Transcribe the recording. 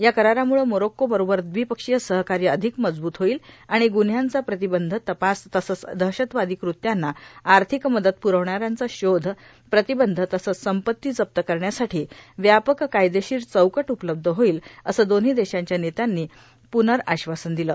या करारामुळ मोरोक्कोबरोबर र्द्रावपक्षीय सहकाय अभाधक मजबूत होईल आर्माण गुन्ह्यांचा प्रातबंध तपास तसच दहशतवादां कृत्यांना आर्थिक मदत प्रवणाऱ्यांचा शोध प्रातबंध तसेच संपत्ती जप्त करण्यासाठो व्यापक कायदेशीर चौकट उपलब्ध होईल अस दोन्हों देशांच्या नेत्यांनी प्नआश्वासन दिल